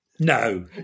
No